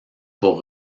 pour